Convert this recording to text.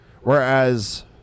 Whereas